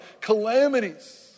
calamities